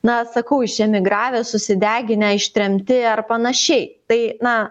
na sakau išemigravę susideginę ištremti ar panašiai tai na